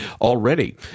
already